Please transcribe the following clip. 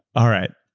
all right,